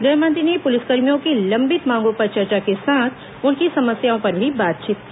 गृह मंत्री ने पुलिसकर्मियों की लंबित मांगों पर चर्चा के साथ उनकी समस्याओं पर भी बातचीत की